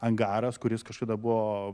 angaras kuris kažkada buvo